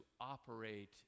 operate